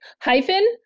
hyphen